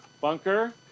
Bunker